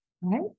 right